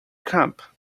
camp